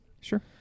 Sure